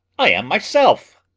i am myself.